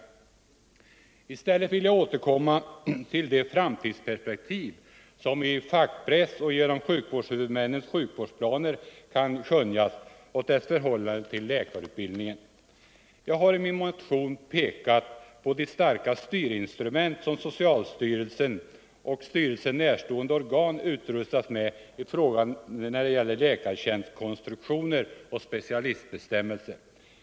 I stället vill jag återkomma till de framtidsperspektiv som i fackpress och genom sjukvårdshuvudmännens sjukvårdsplaner kan skönjas och deras förhållande till läkarutbildningen. Jag har i min motion pekat på de starka styrinstrument som socialstyrelsen och styrelsen närstående organ utrustats med när det gäller läkartjänstkonstruktioner och specialistbestämmelser.